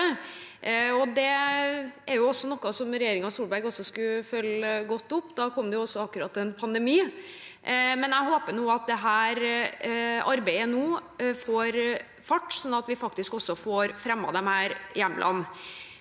Det er noe regjeringen Solberg også skulle følge godt opp. Da kom det akkurat en pandemi. Jeg håper at dette arbeidet nå får fart, sånn at vi faktisk får fremmet disse hjemlene.